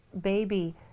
baby